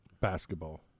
basketball